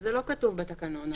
זה לא כתוב בתקנון.